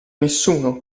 nessuno